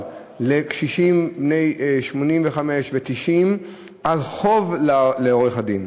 לקשישים בני 85 ו-90 על חוב לעורך-הדין,